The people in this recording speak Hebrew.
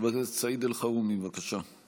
חבר הכנסת סעיד אלחרומי, בבקשה.